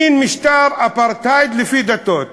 מין משטר אפרטהייד לפי דתות.